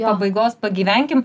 pabaigos pagyvenkim